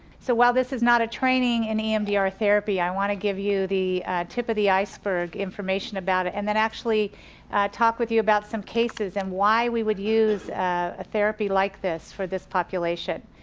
so while this is not a training in emdr therapy, i want to give you the tip of the iceberg information about it and then actually talk with you about some cases and why we would use a therapy like this for this population.